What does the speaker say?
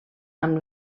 amb